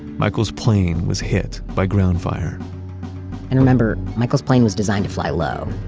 michael's plane was hit by ground fire and remember, michael's plane was designed to fly low.